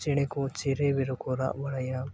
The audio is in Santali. ᱪᱮᱬᱮ ᱠᱚ ᱪᱮᱨᱚᱵᱮᱨᱚ ᱠᱚ ᱨᱟᱜ ᱵᱟᱲᱟᱭᱟ